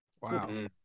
Wow